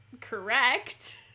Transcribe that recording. correct